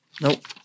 Nope